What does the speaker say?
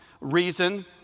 reason